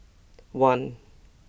one